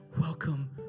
welcome